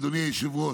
אדוני היושב-ראש,